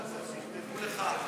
אתה צריך שיכתבו לך?